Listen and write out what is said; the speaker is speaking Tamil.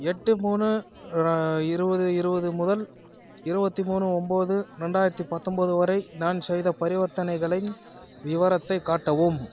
எட்டு மூணு இருபது இருபது முதல் இருபத்தி மூணு ஒம்போது ரெண்டாயிரத்தி பத்தொம்போது வரை நான் செய்த பரிவர்த்தனைகளின் விவரத்தை காட்டவும்